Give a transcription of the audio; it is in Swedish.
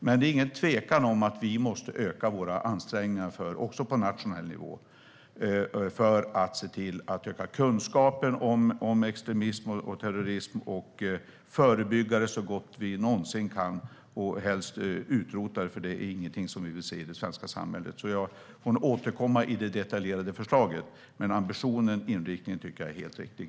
Men det är ingen tvekan om att vi måste öka våra ansträngningar också på nationell nivå för att se till att öka kunskapen om extremism och terrorism och förebygga det så gott vi någonsin kan och helst utrota det, för det är ingenting som vi vill se i det svenska samhället. Jag får nog återkomma i fråga om det detaljerade förslaget. Men ambitionen, inriktningen, tycker jag är helt riktig.